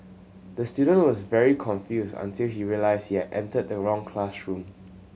the student was very confused until he realised here entered the wrong classroom